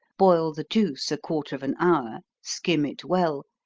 boil the juice a quarter of an hour, skim it well,